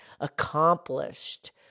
accomplished